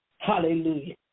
Hallelujah